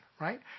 right